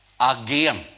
again